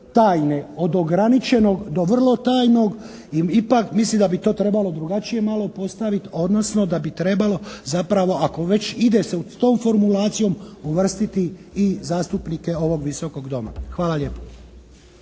od ograničenog do vrlo tajnog. Ipak mislim da bi to trebalo drugačije malo postaviti, odnosno da bi trebalo zapravo ako već ide se s tom formulacijom uvrstiti i zastupnike ovog Visokog doma. Hvala lijepo.